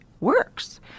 works